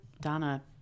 Donna